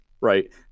right